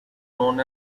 known